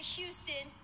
Houston